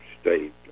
state